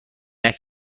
عینک